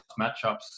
matchups